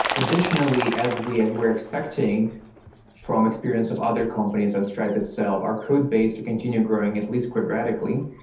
additionally, as we're we're expecting from experience of other companies and stripe itself, our codebase to continue growing at least quadratically,